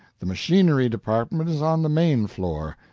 the machinery department is on the main floor,